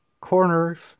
corners